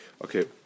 Okay